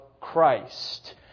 Christ